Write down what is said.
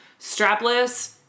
strapless